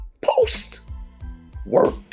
Post-work